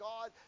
God